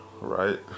right